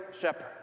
shepherd